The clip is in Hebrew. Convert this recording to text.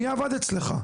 מי עבד אצלך?